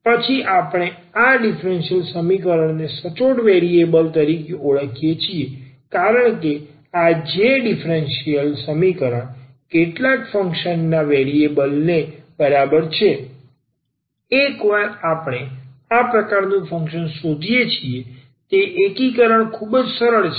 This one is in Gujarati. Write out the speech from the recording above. પછી આપણે આ ડીફરન્સીયલ સમીકરણ ને સચોટ વેરિએબલ ન તરીકે ઓળખીએ છીએ કારણ કે આ કે જે ડીફરન્સીયલ સમીકરણ કેટલાક ફંક્શનના વેરિએબલ ન બરાબર છે એકવાર આપણે આ પ્રકારનું ફંક્શન શોધીએ છીએ તે એકીકરણ ખૂબ જ સરળ છે